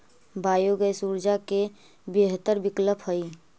biogas ऊर्जा के बेहतर विकल्प हई